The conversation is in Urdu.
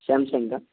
سیمسنگ کا